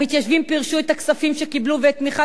המתיישבים פירשו את הכספים שקיבלו ואת תמיכת